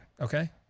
Okay